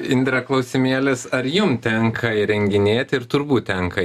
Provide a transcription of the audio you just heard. indre klausimėlis ar jum tenka įrenginėti ir turbūt tenka